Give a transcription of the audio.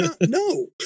No